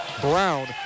Brown